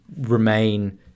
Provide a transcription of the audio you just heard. remain